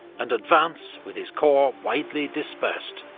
and advance with his corps widely dispersed,